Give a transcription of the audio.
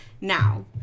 now